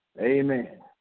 amen